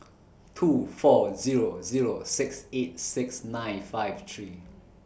two four Zero Zero six eight six nine five three